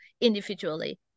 individually